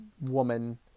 woman